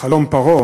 בחלום פרעה